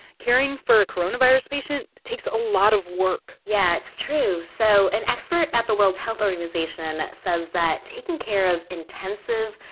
caring for a coronavirus patient takes a lot of work yeah. it's true. so an expert at the world health organization says that taking care of intensive,